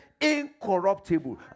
incorruptible